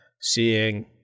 Seeing